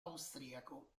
austriaco